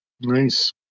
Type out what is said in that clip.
Nice